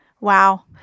Wow